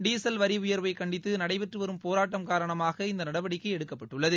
diesel வரி உயர்வை கண்டித்து நடைபெற்று வரும் போராட்டம் காரணமாக இநத நடவடிக்கை எடுக்கப்பட்டுள்ளது